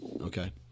Okay